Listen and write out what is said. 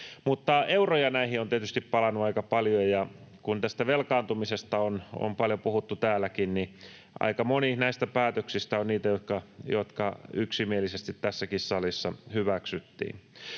Mutta euroja näihin on tietysti palanut aika paljon, ja kun tästä velkaantumisesta on paljon puhuttu täälläkin, niin aika moni näistä päätöksistä on niitä, jotka yksimielisesti tässäkin salissa hyväksyttiin.